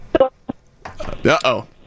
Uh-oh